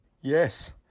Yes